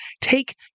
take